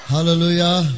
Hallelujah